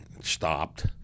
stopped